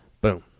Boom